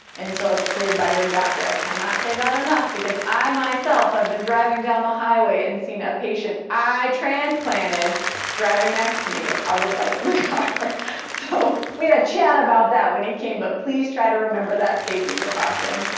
until it's cleared by your doctor. i cannot say that enough because i myself, i've been driving down the highway and seen a patient i transplanted driving next to me without his wife in the car. laughs so we had a chat about that when he came but please try to remember that safety precaution.